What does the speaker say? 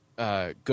Go